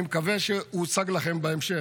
אני מקווה שהוא הוצג לכם בהמשך.